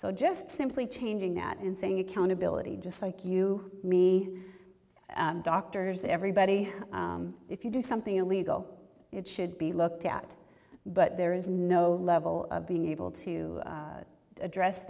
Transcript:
so just simply changing that and saying accountability just like you me doctors everybody if you do something illegal it should be looked at but there is no level of being able to address